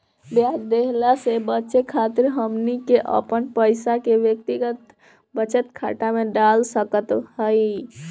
ब्याज देहला से बचे खातिर हमनी के अपन पईसा के व्यक्तिगत बचत खाता में डाल सकत हई